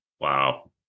Wow